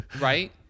right